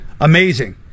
amazing